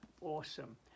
awesome